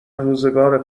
روزگار